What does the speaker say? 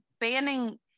banning